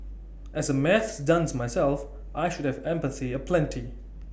as A maths dunce myself I should have empathy aplenty